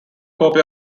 copy